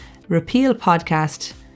repealpodcast